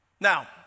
Now